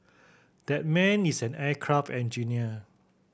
that man is an aircraft engineer